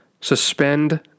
suspend